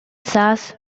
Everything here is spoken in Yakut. саас